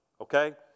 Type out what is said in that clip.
okay